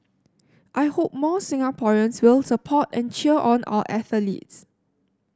I hope more Singaporeans will support and cheer on our athletes